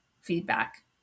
feedback